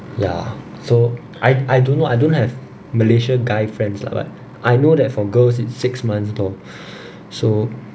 ya so I don't know I don't have malaysia guy friends lah but I know that for girls it's six months now so